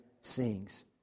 sings